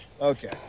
okay